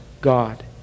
God